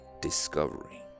discovery